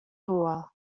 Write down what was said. tour